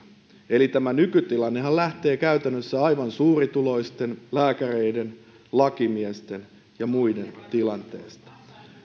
eli tämä nykytilannehan lähtee käytännössä aivan suurituloisten lääkäreiden lakimiesten ja muiden tilanteesta